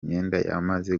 yamaze